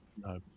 no